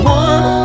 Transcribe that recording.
one